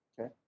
Okay